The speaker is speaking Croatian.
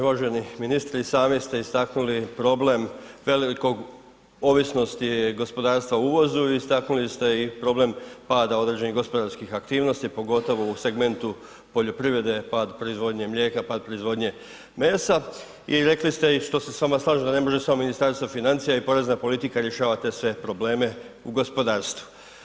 Uvaženi ministre i sami ste istaknuli problem velike ovisnosti gospodarstva o uvozu i istaknuli ste i problem pada određenih gospodarskih aktivnosti, pogotovo u segmentu poljoprivrede pad proizvodnje mlijeka, pad proizvodnje mesa i rekli ste i što se s vama slažem da ne može Ministarstvo financija i porezna politika rješavati te sve probleme u gospodarstvu.